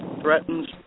threatens